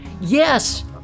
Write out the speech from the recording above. Yes